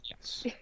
Yes